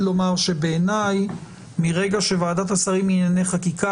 בעיניי מרגע שוועדת השרים לענייני חקיקה